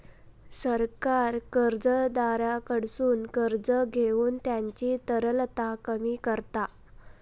सरकार कर्जदाराकडसून कर्ज घेऊन त्यांची तरलता कमी करता